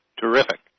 Terrific